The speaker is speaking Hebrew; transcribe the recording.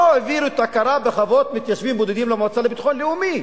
לא העבירו את ההכרה בחוות מתיישבים בודדים למועצה לביטחון לאומי.